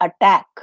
attack